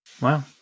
Wow